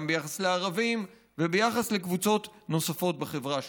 גם ביחס לערבים וביחס לקבוצות נוספות בחברה שלנו.